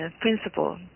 principle